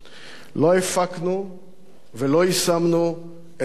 לא הפקנו ולא יישמנו את לקחי הרצח.